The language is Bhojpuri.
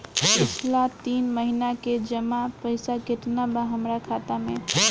पिछला तीन महीना के जमा पैसा केतना बा हमरा खाता मे?